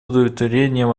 удовлетворением